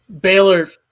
Baylor